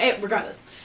Regardless